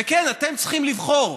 וכן, אתם צריכים לבחור.